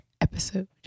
episode